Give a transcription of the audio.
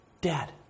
Dad